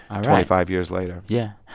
um twenty-five years later yeah.